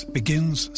begins